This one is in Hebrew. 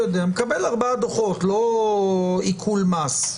מקבל 4 דוחות, לא עיקול מס.